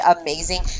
amazing